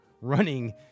running